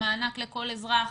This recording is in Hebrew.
המענק לכל אזרח,